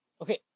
okay